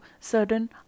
certain